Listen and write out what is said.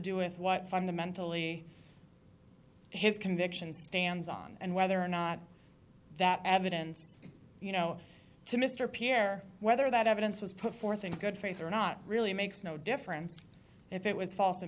do with what fundamentally his conviction stands on and whether or not that evidence you know to mr pierre whether that evidence was put forth in good faith or not really makes no difference if it was false